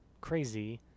crazy